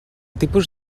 tipus